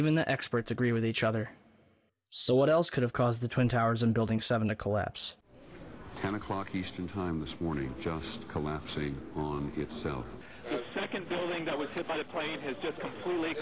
even the experts agree with each other so what else could have caused the twin towers and building seven to collapse ten o'clock eastern time this morning just collapsing on itself the second thing that was hit by the plane has just completely